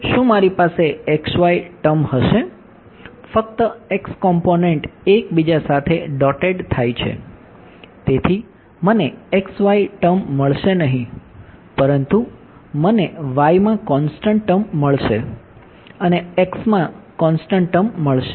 શું મારી પાસે x y ટર્મ મળશે